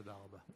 תודה רבה.